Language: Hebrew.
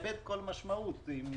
אנחנו